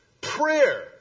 prayer